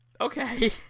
Okay